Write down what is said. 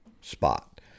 spot